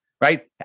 right